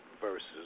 versus